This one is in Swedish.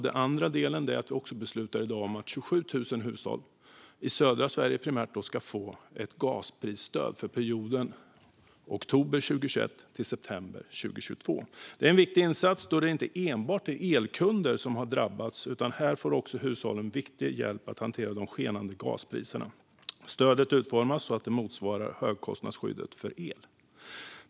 Vi ska därför också besluta att 27 000 hushåll i södra Sverige ska få ett gasprisstöd för perioden oktober 2021 till september 2022. Det är en viktig insats då det inte är enbart elkunder som drabbats, och nu får hushållen även viktig hjälp att hantera de skenande gaspriserna. Stödet är utformat så att det motsvarar högkostnadsskyddet för el. Fru talman!